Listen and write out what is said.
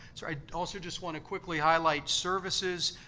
so i also just want to quickly highlight services.